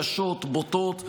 קשות ובוטות,